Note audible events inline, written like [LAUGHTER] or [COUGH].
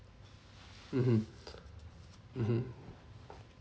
mmhmm [NOISE] mmhmm